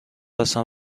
هستم